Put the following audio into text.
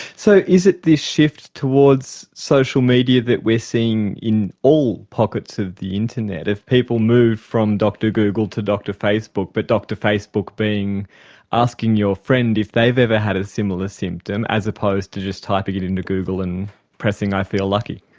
so is it this shift towards social media that we are seeing in all pockets of the internet? if people move from dr google to dr facebook but dr facebook being asking your friend if they've ever had a similar symptom as opposed to just typing it into google and pressing i feel lucky.